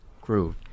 groove